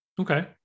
Okay